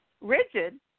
rigid